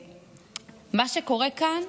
ומה שקורה כאן,